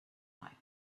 maita